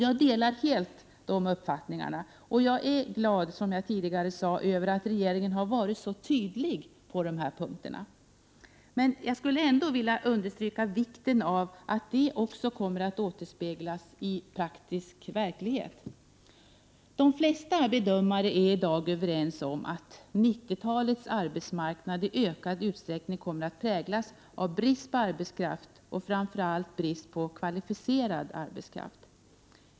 Jag delar helt dessa uppfattningar, och jag är glad över att regeringen har varit så tydlig på dessa punkter. Men jag skulle ändå ytterligare vilja understryka vikten av att detta också återspeglas i praktisk verklighet. De flesta bedömare är i dag överens om att 1990-talets arbetsmarknad i ökad utsträckning kommer att präglas av brist på arbetskraft och framför allt brist på kvalificerad arbetskraft.